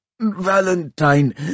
Valentine